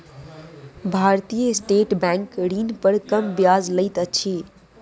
भारतीय State Bank ऋण पर कम ब्याज लैत अछि